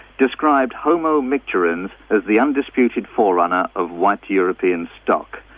described homo micturans as the undisputed forerunner of white european stock,